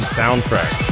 soundtrack